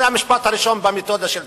זה המשפט הראשון במתודה של דקארט.